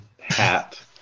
hat